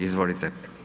Izvolite.